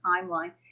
timeline